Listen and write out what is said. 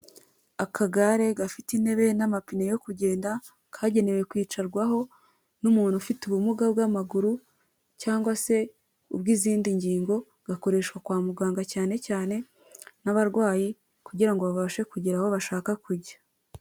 Akagare gafite intebe namapine yo kugenda kagenewe kwicarwaho n'umuntu ufite ubumuga bw'amaguru cyangwa se ubw'izindi ngingo, gakoreshwa kwa muganga cyane cyane n'abarwayi kugira babashe kugera aho bashaka kujya.